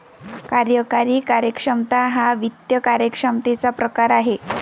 कार्यकारी कार्यक्षमता हा वित्त कार्यक्षमतेचा प्रकार आहे